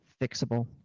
fixable